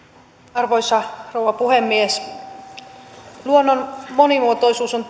arvoisa rouva puhemies luonnon monimuotoisuus on